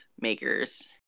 Makers